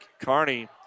Carney